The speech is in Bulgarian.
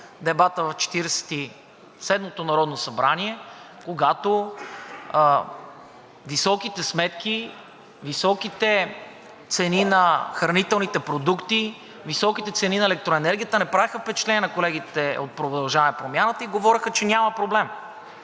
и седмото Народно събрание, когато високите сметки, високите цени на хранителните продукти, високите цени на електроенергията не правеха впечатление на колегите от „Продължаваме Промяната“ и говореха, че няма проблем.